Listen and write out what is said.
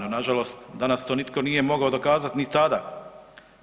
No nažalost danas to nitko nije mogao dokazat ni tada,